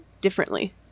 differently